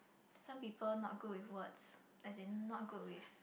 some people not good with words as in not good with